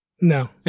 No